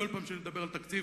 כל פעם כשאני מדבר על תקציב,